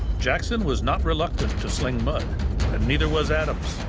jackson was not reluctant to sling mud and neither was adams.